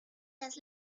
las